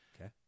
Okay